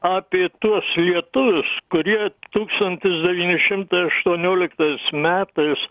apie tuos lietuvius kurie tūkstantis devyni šimtai aštuonioliktais metais